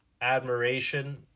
admiration